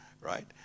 Right